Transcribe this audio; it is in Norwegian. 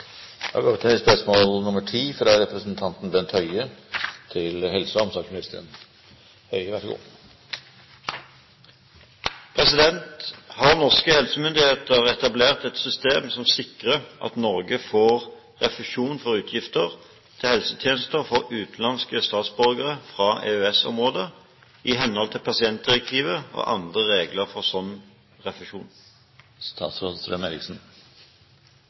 norske helsemyndigheter etablert et system som sikrer at Norge får refusjon for utgifter til helsetjenester for utenlandske statsborgere fra EØS-området, i henhold til pasientdirektivet og andre regler for